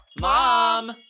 Mom